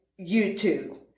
YouTube